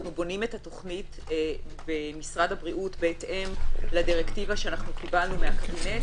אנחנו בונים את התוכנית במשרד הבריאות בהתאם לדירקטיבה שקיבלנו מהקבינט.